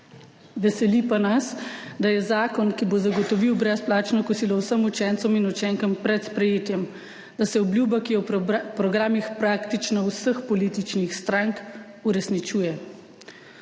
Veseli pa nas, da je zakon, ki bo zagotovil brezplačno kosilo vsem učencem in učenkam, pred sprejetjem, da se obljuba, ki je v programih praktično vseh političnih strank, uresničuje.